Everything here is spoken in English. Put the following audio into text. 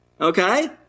Okay